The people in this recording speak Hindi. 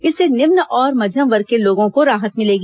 इससे निम्न और मध्यम वर्ग के लोगों को राहत मिलेगी